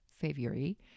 February